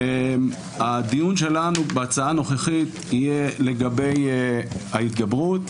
הדיון שלנו בהצעה הנוכחית יהיה לגבי ההתגברות,